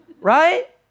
Right